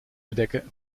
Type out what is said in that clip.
bedekken